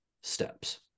steps